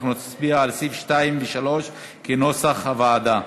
אנחנו נצביע על סעיפים 2 ו-3 כנוסח הוועדה.